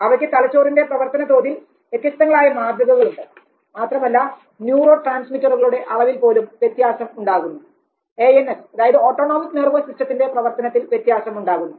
അവയ്ക്ക് തലച്ചോറിൻറെ പ്രവർത്തനതോതിൽ വ്യത്യസ്തങ്ങളായ മാതൃകകളുണ്ട് മാത്രമല്ല ന്യൂറോ ട്രാൻസ്മിറ്ററുകളുടെ അളവിൽ പോലും വ്യത്യാസം ഉണ്ടാകുന്നു ANS ഓട്ടോണോമിക് നെർവസ് സിസ്റ്റത്തിന്റെ പ്രവർത്തനത്തിൽ വ്യത്യാസം ഉണ്ടാകുന്നു